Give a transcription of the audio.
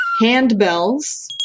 handbells